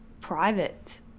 private